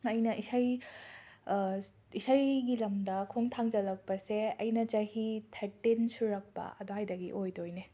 ꯑꯩꯅ ꯏꯁꯩ ꯑꯁ ꯏꯁꯩꯒꯤ ꯂꯝꯗ ꯈꯣꯡ ꯊꯥꯡꯖꯤꯜꯂꯛꯄꯁꯦ ꯑꯩꯅ ꯆꯍꯤ ꯊꯔꯇꯤꯟ ꯁꯨꯔꯛꯄ ꯑꯗꯥꯏꯗꯒꯤ ꯑꯣꯏꯗꯣꯏꯅꯦ